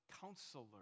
counselor